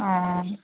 অঁ